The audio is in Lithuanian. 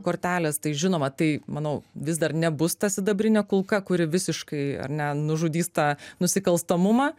kortelės tai žinoma tai manau vis dar nebus ta sidabrinė kulka kuri visiškai ar ne nužudys tą nusikalstamumą